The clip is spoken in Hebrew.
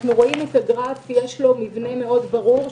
אנחנו רואים את הגרף יש לו מבנה ברור מאוד.